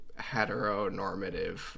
heteronormative